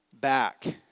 back